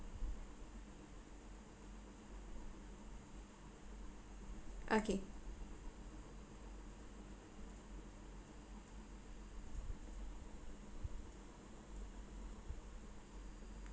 okay